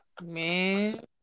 Man